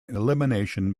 elimination